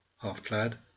half-clad